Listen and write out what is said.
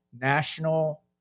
National